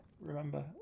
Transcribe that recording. remember